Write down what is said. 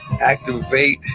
activate